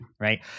right